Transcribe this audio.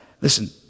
listen